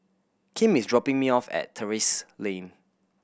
Kim is dropping me off at Terrasse Lane